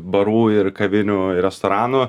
barų ir kavinių ir restoranų